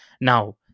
Now